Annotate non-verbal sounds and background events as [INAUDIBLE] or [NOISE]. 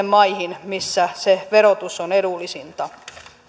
[UNINTELLIGIBLE] maihin missä se verotus on edullisinta